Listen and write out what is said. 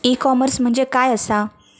E commerce म्हणजे काय असा?